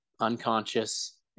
unconscious